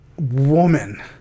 woman